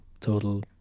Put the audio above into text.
total